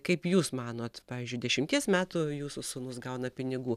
kaip jūs manot pavyzdžiui dešimties metų jūsų sūnus gauna pinigų